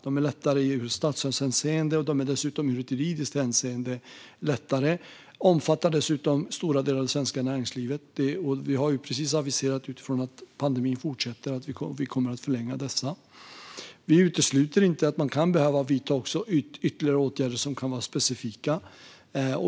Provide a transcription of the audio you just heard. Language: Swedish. De är lättare i statsstödshänseende och dessutom i juridiskt hänseende. De omfattar stora delar av det svenska näringslivet, och mot bakgrund av att pandemin fortsätter har vi precis aviserat att vi kommer att förlänga dem. Vi utesluter inte att man kan behöva vidta ytterligare åtgärder som kan vara specifika.